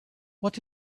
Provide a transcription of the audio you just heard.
what